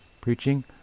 preaching